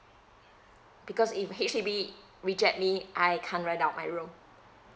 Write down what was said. because if H_D_B reject me I can't rent out my room